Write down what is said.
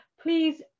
please